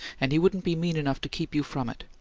and he wouldn't be mean enough to keep you from it.